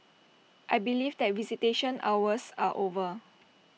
I believe that visitation hours are over